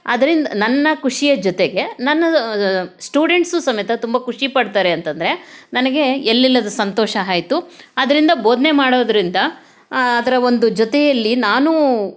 ಅದ್ರಿಂದ ನನ್ನ ಖುಷಿಯ ಜೊತೆಗೆ ನನ್ನ ಸ್ಟೂಡೆಂಟ್ಸು ಸಮೇತ ತುಂಬ ಖುಷಿ ಪಡ್ತಾರೆ ಅಂತಂದರೆ ನನಗೆ ಎಲ್ಲಿಲ್ಲದ ಸಂತೋಷ ಆಯ್ತು ಅದರಿಂದ ಬೋಧನೆ ಮಾಡೋದರಿಂದ ಅದರ ಒಂದು ಜೊತೆಯಲ್ಲಿ ನಾನೂ